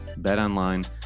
BetOnline